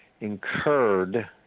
incurred